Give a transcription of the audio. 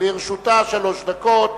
לרשותה שלוש דקות.